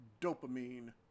dopamine